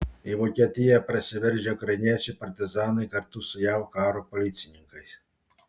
į vokietiją prasiveržę ukrainiečiai partizanai kartu su jav karo policininkais